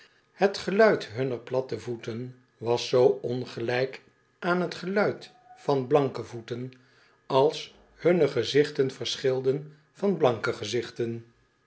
het geluid hunner platte voeten was zoo ongelijk aan t geluid van blanke voeten als hunne gezichten verschilden van blanke gezichten